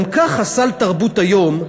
גם ככה סל תרבות היום,